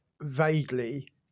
vaguely